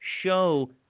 show